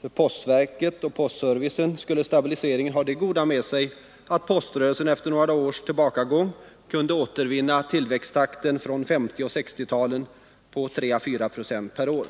För postverket och postservicen skulle stabiliseringen ha det goda med sig att poströrelsen efter några års tillbakagång kunde återvinna tillväxttakten från 1950 och 60-talen på 3 å 4 procent per år.